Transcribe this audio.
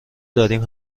داریم